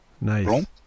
Nice